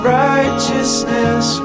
righteousness